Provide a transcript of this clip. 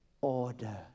order